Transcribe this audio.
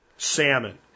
Salmon